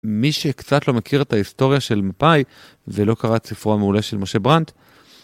מי שקצת לא מכיר את ההיסטוריה של מפאי ולא קרא את ספרו המעולה של משה ברנדט.